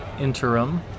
interim